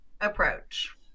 approach